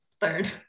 Third